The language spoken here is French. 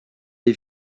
lès